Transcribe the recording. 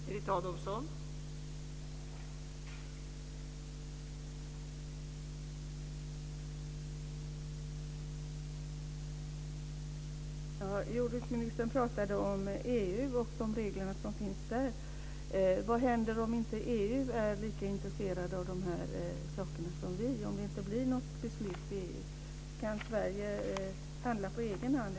Fru talman! Jordbruksministern pratade om reglerna i EU. Vad händer om inte EU är lika intresserat av de här sakerna som vi, om det inte blir något beslut i EU? Kan Sverige handla på egen hand?